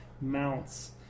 mounts